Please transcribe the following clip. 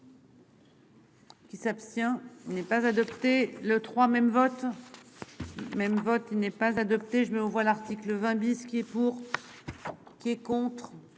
Qui s'abstient. Il n'est pas adopté le trois même vote. Même vote n'est pas adopté, je mets aux voix l'article 20 bis qui est pour. Qui est contre